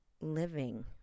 living